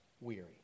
weary